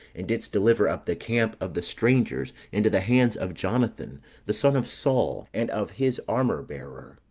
and didst deliver up the camp of the strangers into the hands of jonathan the son of saul, and of his armour bearer.